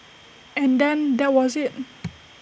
and then that was IT